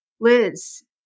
Liz